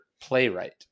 playwright